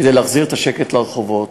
כדי להחזיר את השקט לרחובות.